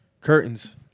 curtains